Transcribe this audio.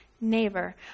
neighbor